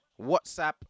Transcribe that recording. WhatsApp